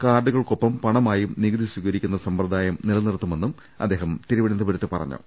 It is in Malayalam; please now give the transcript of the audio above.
കാർഡുകൾക്കൊപ്പം പണമായും നികുതി സ്വീകരിക്കുന്ന സമ്പ്രദായം നിലനിർത്തുമെന്നും അദ്ദേഹം തിരുവനന്തപുരത്ത് പറഞ്ഞു